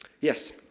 Yes